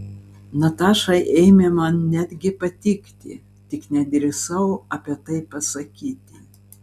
nataša ėmė man netgi patikti tik nedrįsau apie tai pasakyti